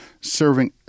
serving